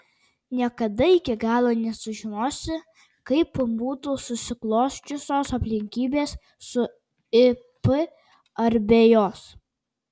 niekada iki galo nesužinosi kaip būtų susiklosčiusios aplinkybės su ip ar be jos